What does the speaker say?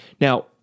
Now